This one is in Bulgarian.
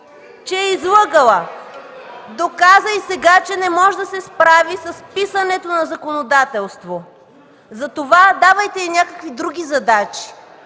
от КБ.) Доказа и сега, че не може да се справи с писането на законодателство. Затова, давайте й някакви други задачи,